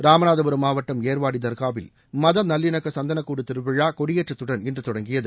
ராமநாதபுரம் மாவட்டம் ஏர்வாடி தர்காவில் மத நல்லிணக்க சந்தனக்கூடு திருவிழா கொடியேற்றத்துடன் இன்று தொடங்கியது